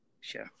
Sure